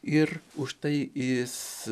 ir užtai jis